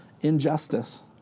injustice